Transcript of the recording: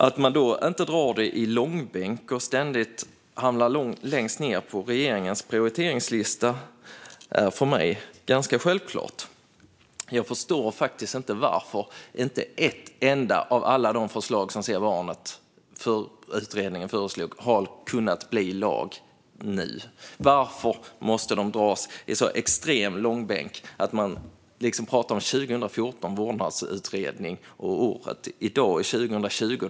Att man då inte ska dra det i långbänk och ständigt låta det hamna längst ned på regeringens prioriteringslista är för mig ganska självklart. Jag förstår faktiskt inte varför inte ett enda av alla de förslag som föreslås i Se barnet! har kunnat bli lag ännu. Varför måstes de dras i sådan extrem långbänk att man pratar om 2014 års vårdnadsutredning år 2020?